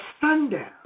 sundown